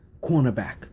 cornerback